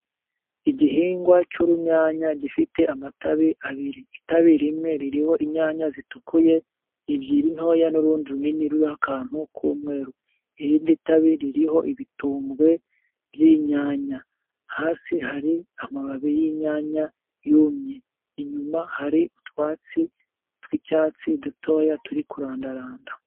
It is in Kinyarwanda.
Igihingwa cy'urunyanya gifite amatabi abiri, itabi rimwe ririho inyanya zitukuye ebyiri ntoya n'urundi runini ruriho akantu k'umweru, irindi tabi ririho ibitumbwe by'inyanya hasi hari amababi y'inyanya yumye, inyuma hari utwatsi tw'icyatsi dutoya turi kurandaranda.